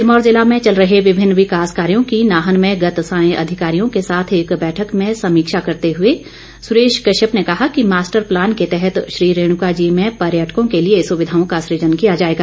सिरमौर जिला में चल रहे विभिन्न विकास कार्यों की नाहन में गत सायं अधिकारियों के साथ एक बैठक में समीक्षा करते हुए सुरेश कश्यप ने कहा कि मास्टर प्लान के तहत श्री रेणुकाजी में पर्यटकों के लिए सुविधाओं का सुजन किया जाएगा